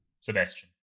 Sebastian